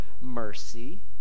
mercy